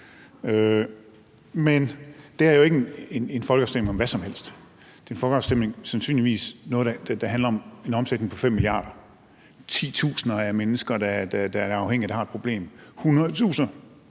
Men det her er jo ikke en folkeafstemning om hvad som helst, men det er en folkeafstemning om noget, der sandsynligvis handler om en omsætning på 5 mia. kr., titusinder af mennesker, der er afhængige, og som har et problem,